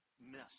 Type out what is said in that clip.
miss